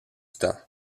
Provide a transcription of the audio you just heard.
temps